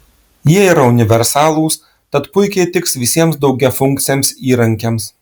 jie yra universalūs tad puikiai tiks visiems daugiafunkciams įrankiams